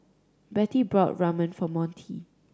Bettie bought Ramen for Monty